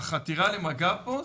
החתירה למגע פה,